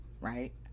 right